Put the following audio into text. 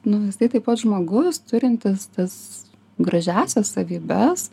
nu jisai taip pat žmogus turintis tas gražiąsias savybes